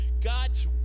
God's